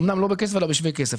אמנם לא בכסף אלא בשווה כסף.